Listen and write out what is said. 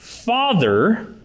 father